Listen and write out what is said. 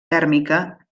tèrmica